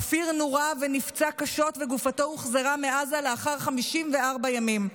אופיר נורה ונפצע קשות וגופתו הוחזרה מעזה לאחר 54 ימים.